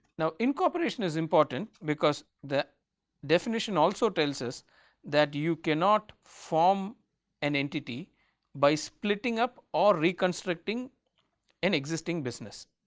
now incorporation is important because the definition also tells us that you cannot form an entity by splitting up or reconstructing an existing business.